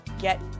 get